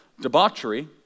Debauchery